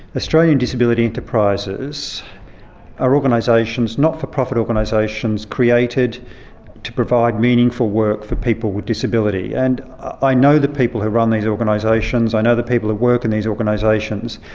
australian disability enterprises are not-for-profit organisations created to provide meaningful work for people with disability, and i know the people who run these organisations, i know the people who work in these organisations,